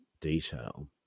detail